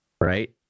Right